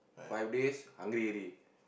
five days hungry already